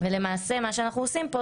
למעשה מה שאנחנו עושים כאן,